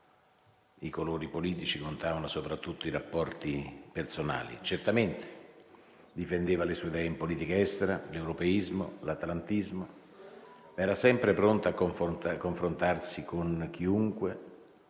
i colori politici, contavano soprattutto i rapporti personali. Certamente difendeva le sue idee in politica estera: l'europeismo, l'atlantismo. Era sempre pronto a confrontarsi con chiunque,